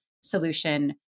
solution